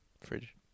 Fridge